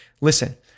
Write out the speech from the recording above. listen